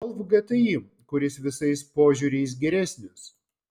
golf gti kuris visais požiūriais geresnis